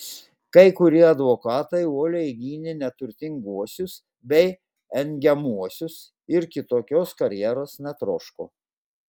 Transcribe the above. kai kurie advokatai uoliai gynė neturtinguosius bei engiamuosius ir kitokios karjeros netroško